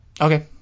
Okay